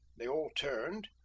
they all turned,